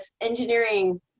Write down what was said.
engineering